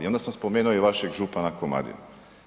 I onda sam spomenuo i vašeg župana komadinu.